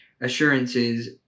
assurances